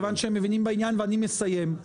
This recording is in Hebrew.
יש חסימה כזאת?